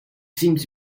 seems